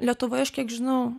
lietuvoj aš kiek žinau